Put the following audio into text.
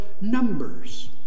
numbers